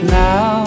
now